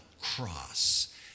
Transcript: cross